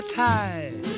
tie